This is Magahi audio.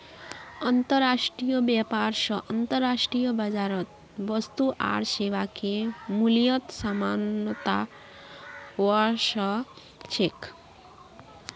अंतर्राष्ट्रीय व्यापार स अंतर्राष्ट्रीय बाजारत वस्तु आर सेवाके मूल्यत समानता व स छेक